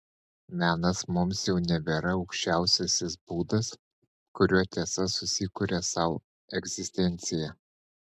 menas mums jau nebėra aukščiausiasis būdas kuriuo tiesa susikuria sau egzistenciją